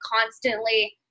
constantly